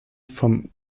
vom